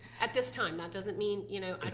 at this time. that doesn't mean you know, i